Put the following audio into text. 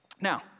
Now